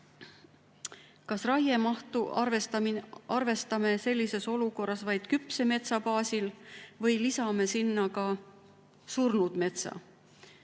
Kas raiemahtu arvestame sellises olukorras vaid küpse metsa baasil või lisame sinna ka surnud metsa?